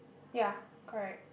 ya correct